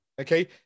okay